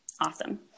awesome